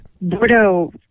Bordeaux